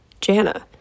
Jana